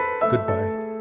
Goodbye